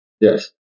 yes